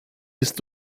ist